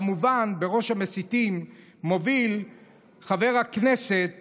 כמובן שבראש המסיתים מוביל חבר הכנסת